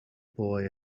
boy